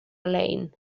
lein